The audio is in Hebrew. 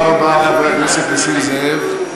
תודה רבה לחבר הכנסת נסים זאב.